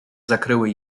zakryły